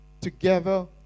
Together